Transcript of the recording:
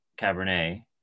Cabernet